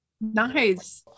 Nice